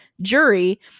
jury